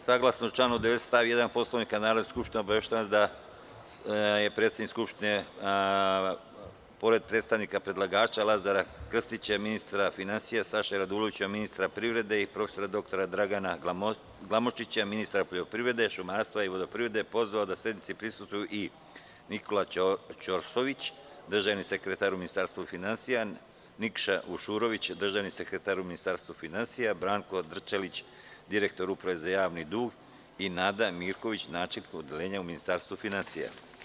Saglasno članu 90. stav 1. Poslovnika Narodne skupštine, obaveštavam vas da je predsednik Skupštine, pored predstavnika predlagača Lazara Krstića, ministra finansija, Saše Radulovića, ministra privrede i prof. dr Dragana Glamočića, ministra poljoprivrede, šumarstva i vodoprivrede, pozvao da sednici prisustvuju i: Nikola Ćorsović, državni sekretar u Ministarstvu finansija, Nikša Vušurović, državni sekretar u Ministarstvu finansija, Branko Drčelić, direktor Uprave za javni dug i Nada Mirković, načelnik Odeljenja u Ministarstvu finansija.